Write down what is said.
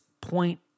point